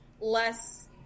less